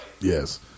Yes